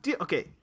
okay